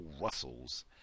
Russell's